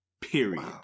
Period